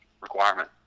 requirement